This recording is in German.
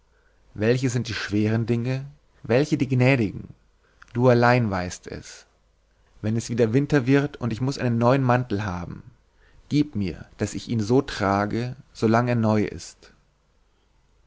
welche sind die schweren dinge welche die gnädigen du allein weißt es wenn es wieder winter wird und ich muß einen neuen mantel haben gieb mir daß ich ihn so trage solang er neu ist